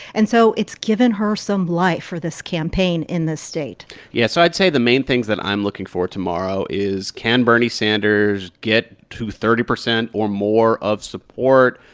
and so it's given her some life for this campaign in the state yeah, so i'd say the main things that i'm looking for tomorrow is can bernie sanders get to thirty percent or more of support.